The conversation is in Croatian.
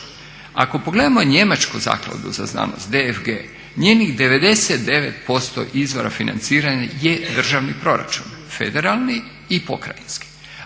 Ako pogledamo njemačku zakladu za znanost DFG, njenih 99% izvora financiranja je izvorni proračun federalni i pokrajinski.